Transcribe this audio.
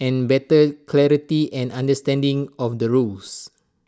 and better clarity and understanding of the rules